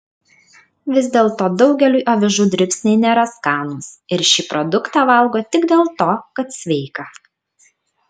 vis dėlto daugeliui avižų dribsniai nėra skanūs ir šį produktą valgo tik dėl to kad sveika